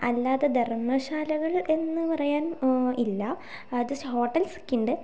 അല്ലാതെ ധർമ്മശാലകൾ എന്നു പറയാൻ ഇല്ല അത് ഹോട്ടൽസ് ഒക്കെയുണ്ട്